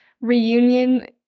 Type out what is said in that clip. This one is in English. reunion